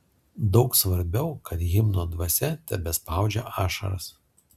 daug svarbiau kad himno dvasia tebespaudžia ašaras